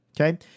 okay